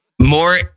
more